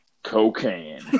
Cocaine